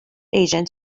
agent